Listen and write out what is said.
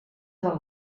del